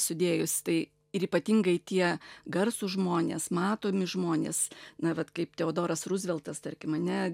sudėjus tai ir ypatingai tie garsūs žmonės matomi žmonės na vat kaip teodoras ruzveltas tarkim ane